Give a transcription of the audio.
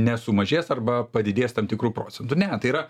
nesumažės arba padidės tam tikru procentu ne tai yra